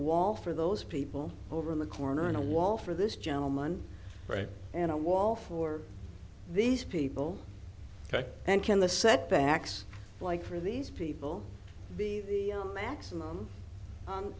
wall for those people over in the corner in a wall for this gentleman right and a wall for these people and can the setbacks like for these people be the maximum